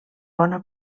bona